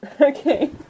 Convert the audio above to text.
Okay